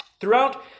Throughout